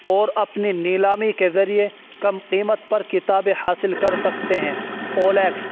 اور اپنے نیلامی کے ذریعے کم قیمت پر کتابیں حاصل کر سکتے ہیں او ایل ایکس